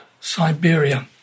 Siberia